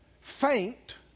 faint